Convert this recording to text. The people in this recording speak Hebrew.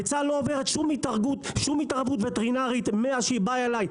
הביצה לא עוברת שום התערבות וטרינרית מאז שהיא באה אליי.